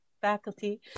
faculty